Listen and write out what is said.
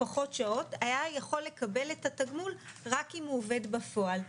פחות שעות היה יכול לקבל את התגמול רק אם הוא עובד בפועל.